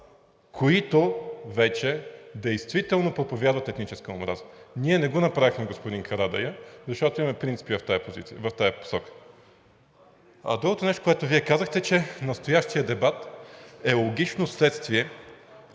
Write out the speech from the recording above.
които вече действително проповядват етническа омраза. Ние, господин Карадайъ, не го направихме, защото имаме принципи в тази посока. Другото нещо, което Вие казахте, че настоящият дебат е логично следствие